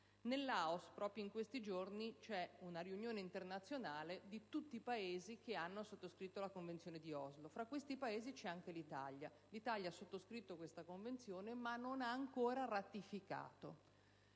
al bando. Proprio in questi giorni nel Laos c'è una riunione internazionale di tutti i Paesi che hanno sottoscritto la Convenzione di Oslo. Tra questi Paesi c'è anche l'Italia: il nostro Paese ha sottoscritto questa convenzione, ma non l'ha ancora ratificata.